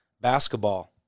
Basketball